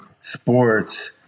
sports